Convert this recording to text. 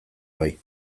bai